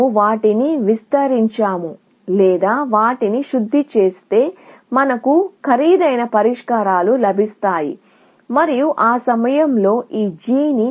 అయినప్పటికీ అవి పూర్తి పరిష్కారాలు కానప్పటికీ మేము వాటిని మెరుగుపరచాలంటే ఇక్కడ కాస్ట్ 613 కన్నా ఎక్కువ ఉంటుంది మరియు మార్గాల యొక్క ఈ పూర్తి పరిష్కారం 13 కాస్ట్ను మేము కనుగొన్నాము మరియు పాక్షిక పరిష్కారం అధిక వ్యయంతో ఉంటుంది